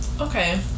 Okay